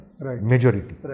majority